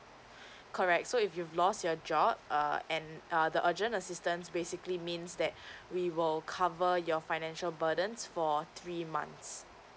correct so if you lost your job err and err the urgent assistance basically means that we will cover your financial burdens for three months